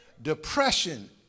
depression